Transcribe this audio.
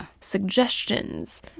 suggestions